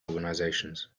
organizations